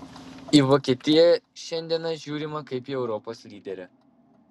į vokietiją šiandieną žiūrima kaip į europos lyderę